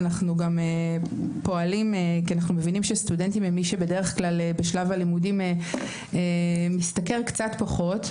אנחנו מבינים שסטודנטים הם מי שבדרך כלל בשלב הלימודים משתכר קצת פחות,